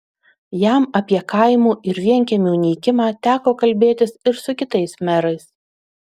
jam apie kaimų ir vienkiemių nykimą teko kalbėtis ir su kitais merais